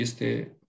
Este